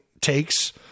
takes